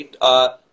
right